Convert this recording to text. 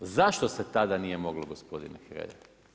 Zašto se tada nije moglo, gospodine Hrelja?